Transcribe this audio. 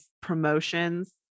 promotions